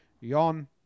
Yon